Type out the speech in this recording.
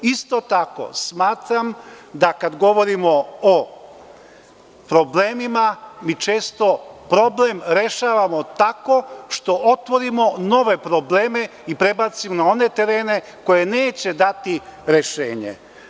Isto tako smatram da kada govorimo o problemima mi često problem rešavamo tako što otvorimo nove probleme i prebacimo na one terene koje neće dati rešenje.